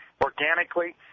organically